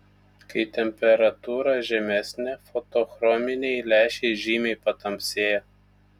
kai temperatūra žemesnė fotochrominiai lęšiai žymiai patamsėja